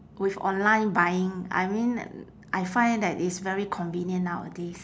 with online buying I mean I find that it's very convenient nowadays